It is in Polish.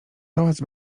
pałac